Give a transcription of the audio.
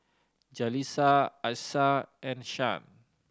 Jaleesa Achsah and Shan